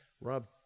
rob